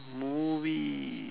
movie